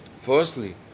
Firstly